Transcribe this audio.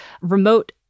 remote